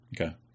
Okay